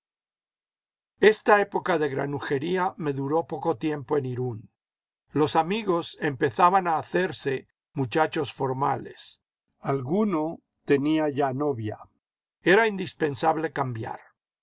esta época de granujería me duró poco tiempo en irún los amigos empezaban a hacerse muchachos formales alguno tenía ya novia era indispensable cambiar